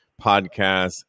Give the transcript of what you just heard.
podcast